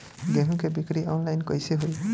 गेहूं के बिक्री आनलाइन कइसे होई?